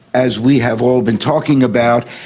as we have all been talking about,